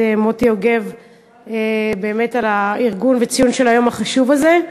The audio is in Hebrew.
מוטי יוגב על הארגון ועל ציון היום החשוב הזה.